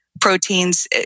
proteins